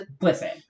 listen